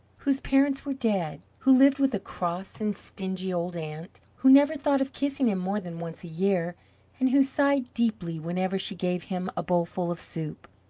whose parents were dead, who lived with a cross and stingy old aunt, who never thought of kissing him more than once a year and who sighed deeply whenever she gave him a bowlful of soup.